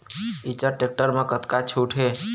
Eicher tractor म कतका छूट हे?